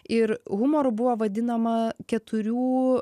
ir humoru buvo vadinama keturių